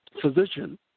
physician